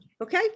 Okay